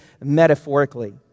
metaphorically